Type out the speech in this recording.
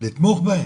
לתמוך בהם.